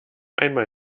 einmal